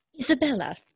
Isabella